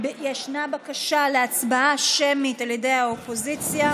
ישנה בקשה להצבעה שמית של האופוזיציה,